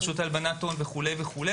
רשות להלבנת הון וכו'.